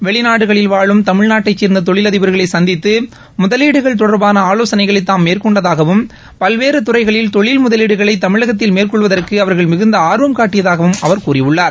வெளிநாடுகளில் வாழும் தமிழ் நாட்டைச் சேர்ந்த தொழிலதிபர்களை சந்தித்து முதலீடுகள் தொடர்பான ஆலோசனைகளை தாம் மேற்கொண்டதாகவும் பல்வேறு துறைகளில் தொழில் முதலீடுகளை தமிழகத்தில் மேற்கொள்வதற்கு அவர்கள் மிகுந்த ஆர்வம் காட்டியதாகவும் அவர் கூறியுள்ளார்